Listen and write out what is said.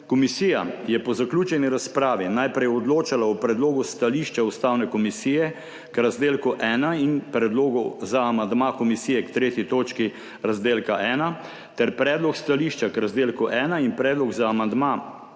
Komisija je po zaključeni razpravi najprej odločala o predlogu stališča Ustavne komisije k razdelku ena in predlogu za amandma komisije k 3. točki razdelka ena ter predlog stališča k razdelku ena in predlog za amandma komisije